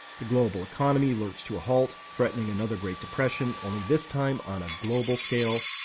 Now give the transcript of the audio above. the global economy lurched to a halt, threatening another great depression, only this time on a global scale.